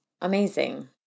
Amazing